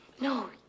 No